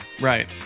Right